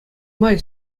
май